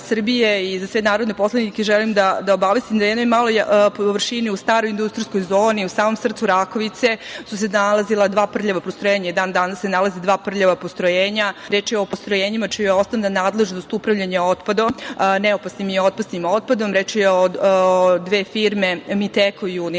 i sve narodne poslanike ja želim da obavestim da na jednoj maloj površini u staroj industrijskoj zoni u samom srcu Rakovice su se nalazila dva prljava postrojenja, i dan danas se nalaze dva prljava postrojenja. Reč je o postrojenjima čije je osnovna nadležnost upravljanje otpadom, neopasnim i opasnim otpadom. Reč je o dve firme „Miteko“ i